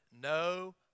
No